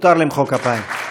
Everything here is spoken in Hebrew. מותר למחוא כפיים.